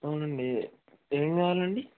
అవునండి ఏం కావాలండి